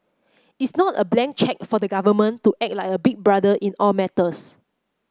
it's not a blank cheque for the government to act like a big brother in all matters